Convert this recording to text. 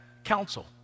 Council